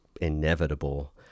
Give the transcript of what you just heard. inevitable